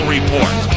Report